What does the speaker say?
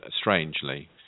strangely